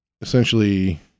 essentially